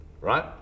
right